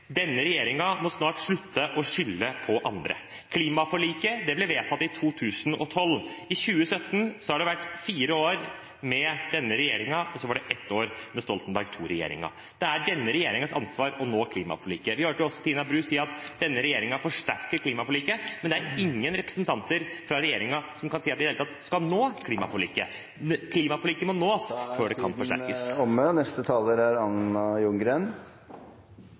denne regjeringen må snart slutte å skylde på andre. Klimaforliket ble vedtatt i 2012. I 2017 har det vært fire år med denne regjeringen, og så var det ett år med Stoltenberg II-regjeringen. Det er denne regjeringens ansvar å nå klimaforliket. Vi hørte også Tina Bru si at denne regjeringen har forsterket klimaforliket, men det er ingen representanter fra regjeringen som kan si at de i det hele tatt skal nå klimaforliket. Klimaforliket må nås før det kan forsterkes. «Omstillingen til lavutslippssamfunnet innebærer særlig store utfordringer for Norge», sa klima- og